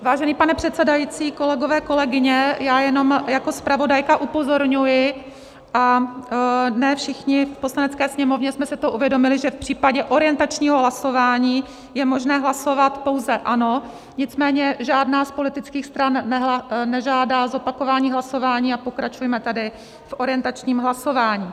Vážený pane předsedající, kolegové a kolegyně, já jen jako zpravodajka upozorňuji, a ne všichni v Poslanecké sněmovně jsme si to uvědomili, že v případě orientačního hlasování je možné hlasovat pouze ano, nicméně žádná z politických stran nežádá zopakování hlasování, pokračujeme tedy v orientačním hlasování.